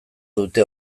dute